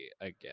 again